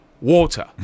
water